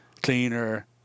cleaner